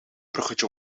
bruggetje